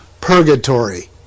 purgatory